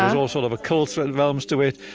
and sort of a cult sort of element to it.